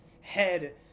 head